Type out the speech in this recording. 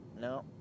no